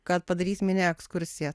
kad padarys mini ekskursiją